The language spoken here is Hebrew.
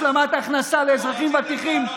השלמת ההכנסה לאזרחים ותיקים,